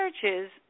churches